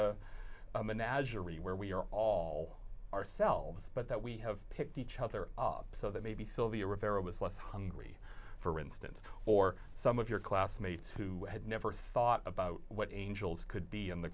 a menagerie where we are all ourselves but that we have picked each other up so that maybe sylvia rivera was less hungry for instance or some of your classmates who had never thought about what angels could be in the